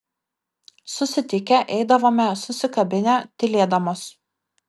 susitikę eidavome susikabinę tylėdamos